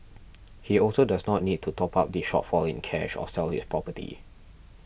he also does not need to top up the shortfall in cash or sell his property